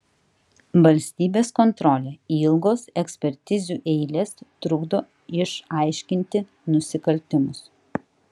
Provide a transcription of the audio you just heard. valstybės kontrolė ilgos ekspertizių eilės trukdo išaiškinti nusikaltimus